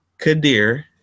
Kadir